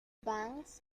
banks